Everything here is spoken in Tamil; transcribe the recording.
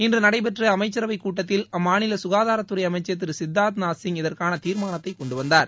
இன்று நடைபெற்ற அமைச்சரவைக் கூட்டத்தில் அம்மாநில குகாதாரத்துறை அமைச்சர் திரு சித்தார்த்நாத் சிங் இதற்கான தீர்மானத்தை கொண்டுவந்தார்